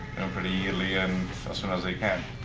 pretty easily and as soon as they can.